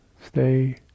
stay